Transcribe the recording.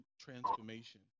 transformation